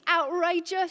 outrageous